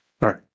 right